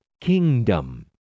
kingdom